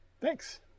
Thanks